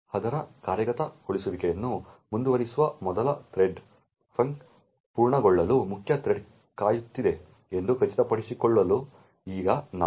ಅದರ ಕಾರ್ಯಗತಗೊಳಿಸುವಿಕೆಯನ್ನು ಮುಂದುವರಿಸುವ ಮೊದಲು ಥ್ರೆಡ್ ಫಂಕ್ ಪೂರ್ಣಗೊಳ್ಳಲು ಮುಖ್ಯ ಥ್ರೆಡ್ ಕಾಯುತ್ತಿದೆ ಎಂದು ಖಚಿತಪಡಿಸಿಕೊಳ್ಳಲು ಈಗ ನಾವು pthread join ಅನ್ನು ಆಹ್ವಾನಿಸುತ್ತೇವೆ